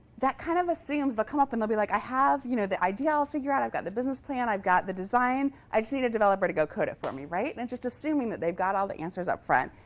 that kind of assumes they'll come up, and they'll be like i have you know the idea all figured out. i've got the business plan. i've got the design. i just need a developer to go code it for me, right? and it's just assuming that they've got all the answers up front,